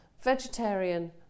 Vegetarian